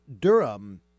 Durham